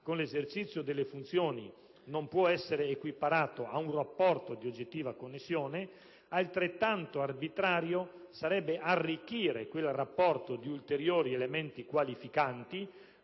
con l'esercizio delle funzioni non può essere equiparato a un rapporto di oggettiva connessione, altrettanto arbitrario sarebbe arricchire quel rapporto di ulteriori elementi qualificanti,